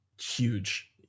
huge